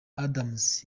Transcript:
adams